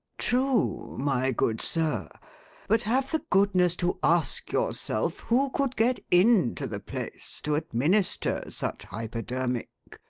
true, my good sir but have the goodness to ask yourself who could get into the place to administer such hypodermic?